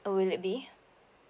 uh will it be